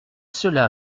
cela